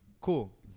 Cool